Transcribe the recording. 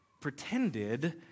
pretended